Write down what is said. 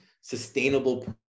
sustainable